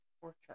torture